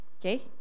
Okay